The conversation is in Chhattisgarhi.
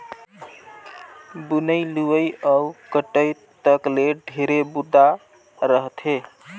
बुनई, लुवई अउ कटई तक ले ढेरे बूता रहथे